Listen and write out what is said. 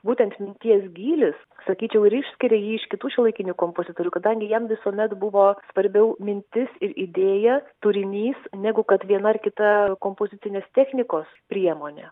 būtent minties gylis sakyčiau ir išskiria jį iš kitų šiuolaikinių kompozitorių kadangi jam visuomet buvo svarbiau mintis ir idėja turinys negu kad viena ar kita kompozicinės technikos priemonė